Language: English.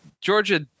Georgia